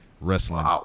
wrestling